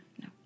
no